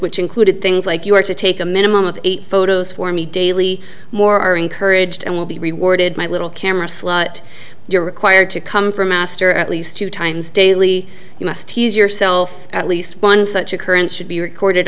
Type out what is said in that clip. which included things like you were to take a minimum of eight photos for me daily more are encouraged and will be rewarded my little camera slut you're required to come for master at least two times daily you must use yourself at least one such a current should be recorded